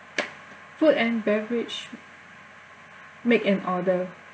food and beverage make an order